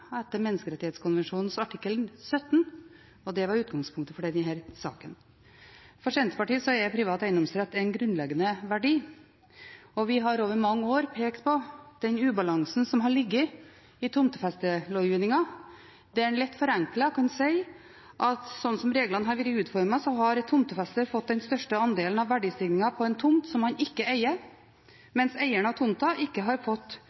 etter Menneskerettskonvensjonens artikkel 17, og det var utgangspunktet for denne saken. For Senterpartiet er privat eiendomsrett en grunnleggende verdi, og vi har over mange år pekt på den ubalansen som har ligget i tomtefestlovgivningen, der man litt forenklet kan si at slik som reglene har vært utformet, har tomtefester fått den største andelen av verdistigningen på en tomt som han ikke eier, mens eieren av tomta ikke har fått